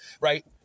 right